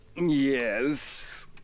Yes